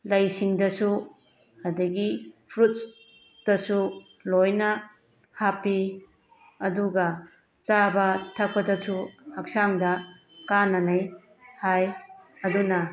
ꯂꯩꯁꯤꯡꯗꯁꯨ ꯑꯗꯒꯤ ꯐ꯭ꯔꯨꯠꯁꯇꯁꯨ ꯂꯣꯏꯅ ꯍꯥꯞꯄꯤ ꯑꯗꯨꯒ ꯆꯥꯕ ꯊꯛꯄꯗꯁꯨ ꯍꯛꯆꯥꯡꯗ ꯀꯥꯟꯅꯅꯩ ꯍꯥꯏ ꯑꯗꯨꯅ